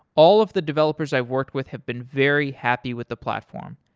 all of the developers i've worked with have been very happy with the platform.